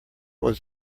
was